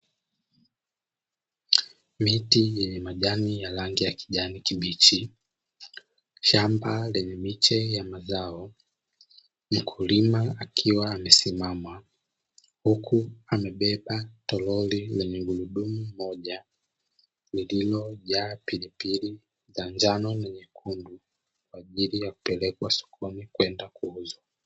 Miti yenye majani ya rangi ya kijani kibichi, shamba lenye miche ya mazao, mkulima akiwa amesimama huku amebeba toroli lenye gurudumu moja lililojaa pilipili za njano na nyekundu, kwa ajili ya kupelekwa sokoni kwenda kuuzwa.